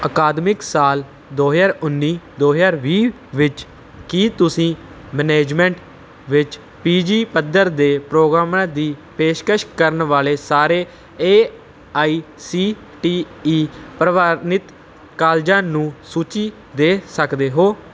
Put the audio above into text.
ਅਕਾਦਮਿਕ ਸਾਲ ਦੋ ਹਜ਼ਾਰ ਉੱਨੀ ਦੋ ਹਜ਼ਾਰ ਵੀਹ ਵਿੱਚ ਕੀ ਤੁਸੀਂ ਮੈਨਜਮੈਂਟ ਵਿੱਚ ਪੀ ਜੀ ਪੱਧਰ ਦੇ ਪ੍ਰੋਗਰਾਮਾਂ ਦੀ ਪੇਸ਼ਕਸ਼ ਕਰਨ ਵਾਲੇ ਸਾਰੇ A I C T E ਪ੍ਰਵਾਨਿਤ ਕਾਲਜਾਂ ਦੀ ਸੂਚੀ ਦੇ ਸਕਦੇ ਹੋ